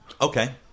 Okay